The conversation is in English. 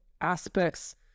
aspects